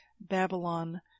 Babylon